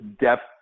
depth